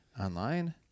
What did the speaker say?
online